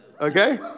okay